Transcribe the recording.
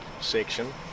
section